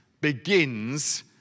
begins